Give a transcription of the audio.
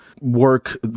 work